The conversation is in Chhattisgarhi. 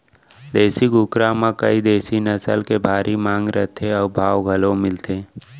देसी कुकरा म कइ देसी नसल के भारी मांग रथे अउ भाव घलौ मिलथे